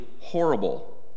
horrible